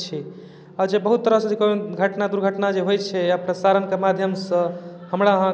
तऽ खाना ओना तब बनेलहूं आ नहि होइत छै फुर्सत तऽ अपन नहि करै छी नहि कयलहुँ